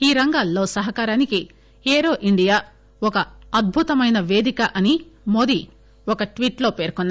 ఈ రంగాల్లో సహకారానికి ఎరో ఇండియా ఒక అద్బుతమైన పేదిక అని మోదీ ఒక ట్వీట్ లో పేర్కొన్నారు